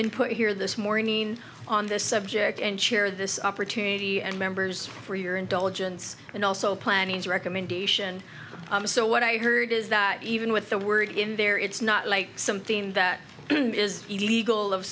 input here this morning on this subject and share this opportunity and members for your indulgence and also planning his recommendation so what i heard is that even with the word in there it's not like something that is illegal of